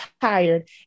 tired